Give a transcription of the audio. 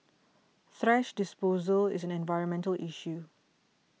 thrash disposal is an environmental issue